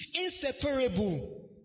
Inseparable